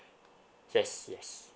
yes yes